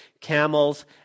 camels